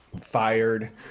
fired